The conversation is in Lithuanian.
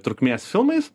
trukmės filmais